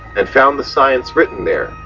and found the science written there,